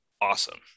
awesome